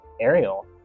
Ariel